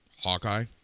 Hawkeye